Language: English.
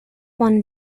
one